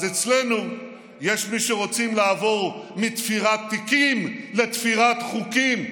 אז אצלנו יש מי שרוצים לעבור מתפירת תיקים לתפירת חוקים.